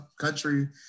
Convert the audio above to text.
country